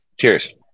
cheers